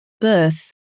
birth